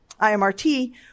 IMRT